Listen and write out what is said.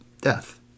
death